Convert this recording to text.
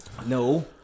No